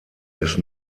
ist